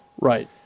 Right